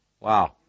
wow